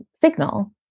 signal